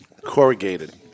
Corrugated